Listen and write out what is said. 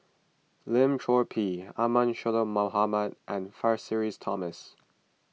Lim Chor Pee Ahmad Mohamad and Francis Thomas